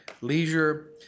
leisure